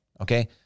okay